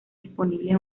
disponibles